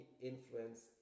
influence